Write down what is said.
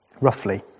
roughly